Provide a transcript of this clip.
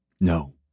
No